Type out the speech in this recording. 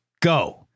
go